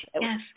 Yes